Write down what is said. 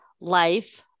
life